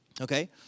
Okay